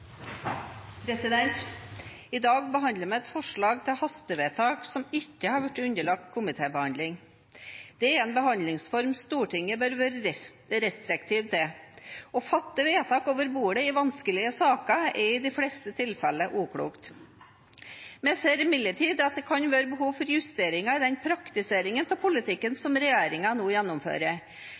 I dag behandler vi et forslag til hastevedtak som ikke har vært underlagt komitébehandling. Det er en behandlingsform Stortinget bør være restriktiv til. Å fatte vedtak over bordet i vanskelige saker er i de fleste tilfeller uklokt. Vi ser imidlertid at det kan være behov for justeringer i den praktiseringen av politikken som regjeringen nå gjennomfører,